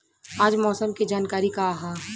आज मौसम के जानकारी का ह?